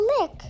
lick